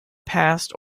past